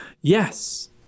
Yes